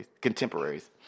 contemporaries